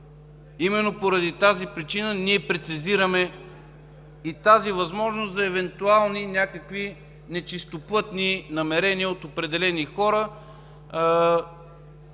Именно поради тази причина ние прецизираме и тази възможност за някакви евентуални нечистоплътни намерения от определени хора.